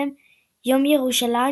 בהם יום ירושלים,